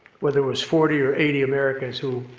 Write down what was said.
whether it was forty or eighty americans who,